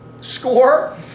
Score